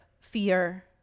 fear